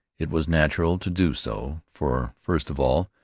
it was natural to do so, for, first of all,